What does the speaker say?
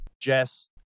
Jess